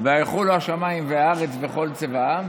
"ויכֻלו השמים והארץ וכל צבאם,